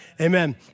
Amen